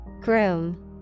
Groom